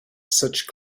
such